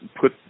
put